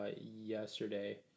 yesterday